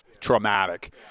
Traumatic